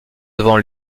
devant